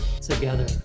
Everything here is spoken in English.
together